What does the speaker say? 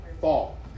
fall